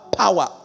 power